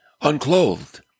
unclothed